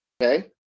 Okay